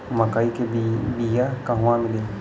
मक्कई के बिया क़हवा मिली?